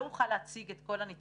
לא אוכל להציג את כל הנתונים